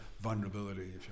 vulnerability